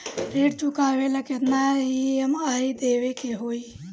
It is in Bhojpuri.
ऋण चुकावेला केतना ई.एम.आई देवेके होई?